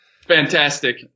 Fantastic